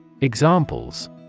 Examples